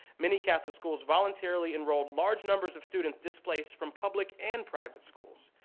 many catholic schools voluntarily enrolled large numbers of students displaced from public and private schools.